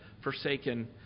forsaken